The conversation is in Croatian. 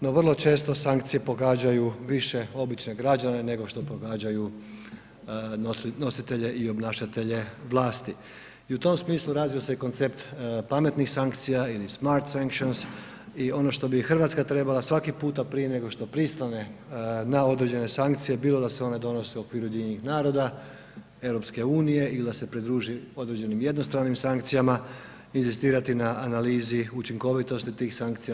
No vrlo često sankcije pogađaju više obične građane, nego što pogađaju nositelje i obnašatelje vlasti i u tom smislu razvio se koncept pametnih sankcija ili smart factions i ono što bi Hrvatska trebala svaki puta prije nego što pristane na određene sankcije bilo da se one donose u okviru Ujedinjenih naroda, Europske unije ili da se pridruži određenim jednostranim sankcijama inzistirati na analizi učinkovitosti tih sankcija.